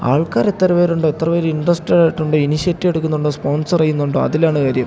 ആൾക്കാരെത്ര പേരുണ്ടോ എത്ര പേർ ഇൻട്രസ്റ്റഡായിട്ടുണ്ട് ഇനിഷ്യേറ്റീവെടുക്കുന്നുണ്ട് സ്പോൺസർ ചെയ്യുന്നുണ്ടോ അതിലാണ് കാര്യം